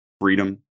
freedom